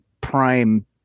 prime